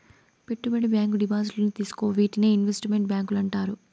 పెట్టుబడి బ్యాంకు డిపాజిట్లను తీసుకోవు వీటినే ఇన్వెస్ట్ మెంట్ బ్యాంకులు అంటారు